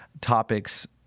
topics